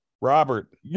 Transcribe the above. Robert